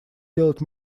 сделать